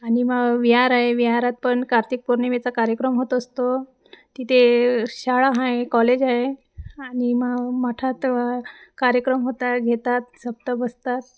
आणि म विहार आहे विहारात पण कार्तिक पौर्णिमेचा कार्यक्रम होत असतो तिथे शाळा आहे कॉलेज आहे आणि म मठात कार्यक्रम होता घेतात सप्त बसतात